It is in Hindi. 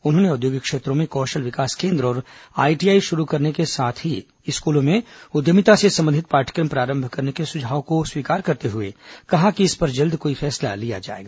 उन्होंने औद्योगिक क्षेत्रों में कौशल विकास केन्द्र और आईटीआई शुरू करने के साथ ही स्कूलों में उद्यमिता से संबंधित पाठ्यक्रम प्रारंभ करने के सुझाव को स्वीकार करते हुए कहा कि इस पर जल्द कोई फैसला लिया जाएगा